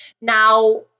Now